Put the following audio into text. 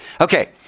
Okay